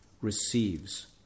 receives